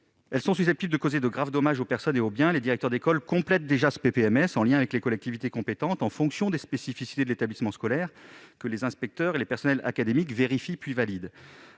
risques sont susceptibles de causer de graves dommages aux personnes et aux biens. Les directeurs d'école complètent déjà ce PPMS, en lien avec les collectivités compétentes, en fonction des spécificités de l'établissement scolaire, que les inspecteurs et le personnel académique vérifient puis valident.